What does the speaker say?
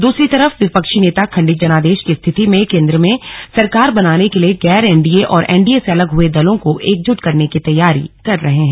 दूसरी तरफ विपक्षी नेता खंडित जनादेश की स्थिति में केन्द्र में सरकार बनाने के लिए गैर एनडीए और एनडीए से अलग हुए दलों को एकजुट करने की तैयारी कर रहे हैं